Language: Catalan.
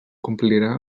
complirà